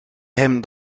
hem